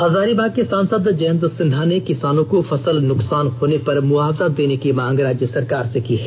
हजारीबाग के सांसद जयंत सिन्हा ने किसानों को फसल नुकसान होने पर मुआवजा देने की मांग राज्य सरकार से की है